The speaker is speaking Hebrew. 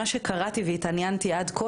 אבל ממה שקראתי עד כה,